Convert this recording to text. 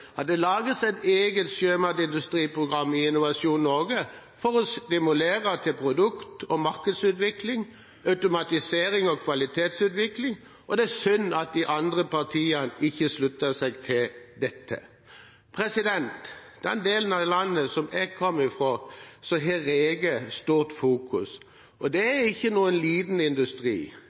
at det lages «et eget sjømatindustriprogram i Innovasjon Norge, for å stimulere til produkt- og markedsutvikling, automatisering og kvalitetsutvikling». Det er synd at de andre partiene ikke slutter seg til dette. I den delen av landet som jeg kommer fra, er det mye fokus på reker, og det er ikke noen liten industri.